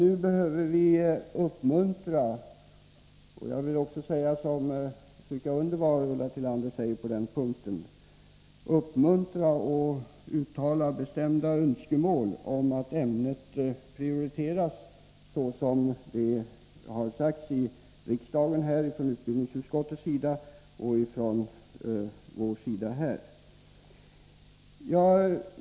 Nu behöver vi komma med uppmuntran — jag vill stryka under vad Ulla Tillander säger på den punkten — och uttala bestämda önskemål om att ämnet prioriteras så som det har sagts i riksdagen ifrån utbildningsutskottets sida och ifrån vår sida.